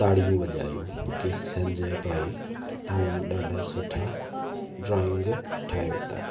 ताड़ियूं वजायूं की संजय भाई तव्हां ॾाढा सुठा ड्रॉइंग ठाहियो था